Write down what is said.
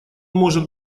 может